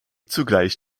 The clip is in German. zugleich